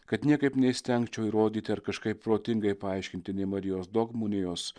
kad niekaip neįstengčiau įrodyti ar kažkaip protingai paaiškinti nei marijos dogmų nei jos